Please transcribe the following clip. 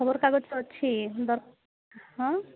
ଖବର କାଗଜ ଅଛି ଦର ହଁ